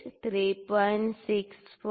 64 3